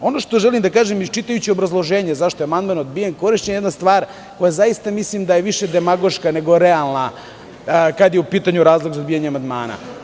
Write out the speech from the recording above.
Ono što želim da kažem, iščitajući obrazloženje zašto je amandman odbijen, korišćena je jedna stvar koja zaista mislim da je više demagoška nego realna, kada je u pitanju razlog za odbijanje amandmana.